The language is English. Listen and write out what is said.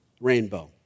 Rainbow